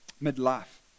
mid-life